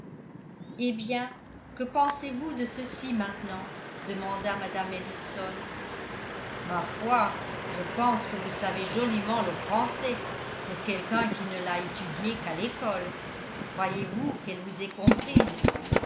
eh bien que pensez-vous de ceci maintenant demanda mme ellison ma foi je pense que vous savez joliment le français pour quelqu'un qui ne l'a étudié qu'à l'école croyez-vous qu'elle vous ait comprise